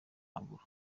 maguru